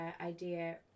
idea